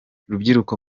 rubyiruko